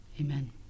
Amen